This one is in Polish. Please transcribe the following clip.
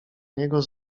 niego